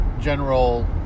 general